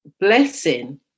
blessing